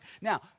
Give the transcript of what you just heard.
Now